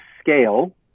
scale